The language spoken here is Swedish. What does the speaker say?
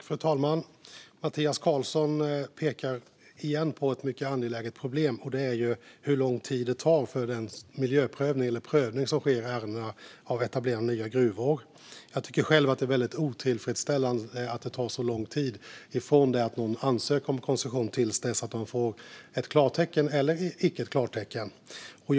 Fru talman! Mattias Karlsson pekar igen på ett mycket angeläget problem, nämligen hur lång tid det tar för den prövning som sker i ärendena för att etablera nya gruvor. Jag tycker själv att det är väldigt otillfredsställande att det tar så lång tid från att någon har ansökt om koncession till dess att man får ett klartecken eller får nej.